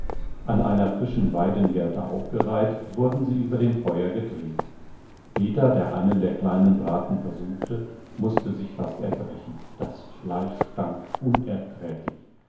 an einer frischen weidengerte aufgereiht wurden sie über dem feuer gedreht peter der einen der kleinen braten versuchte mußte sich fast erbrechen das fleisch stank unerträglich